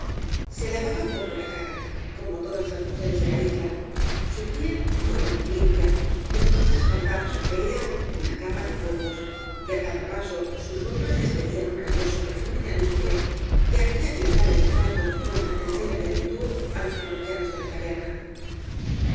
sa lavaba poco la cara como todas las mujeres de la isla su piel no era muy limpia pero jmás faltaba sobre ella una capa de polvos y á cada paso sus ropas despedían un rabioso perfume de almizcle que hacía dilatar el olfato con placentera beatitud á los parroquianos de la taberna